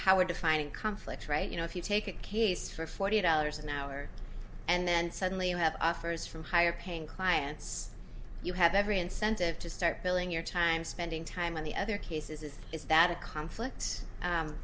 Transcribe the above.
a defining conflict right you know if you take a case for forty dollars an hour and then suddenly you have offers from higher paying clients you have every incentive to start filling your time spending time on the other cases it is that it conflict